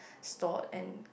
stored and